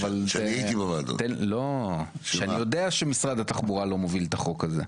שאני יודע שמשרד התחבורה לא מוביל את החוק הזה,